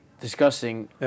discussing